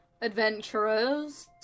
adventurers